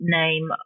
name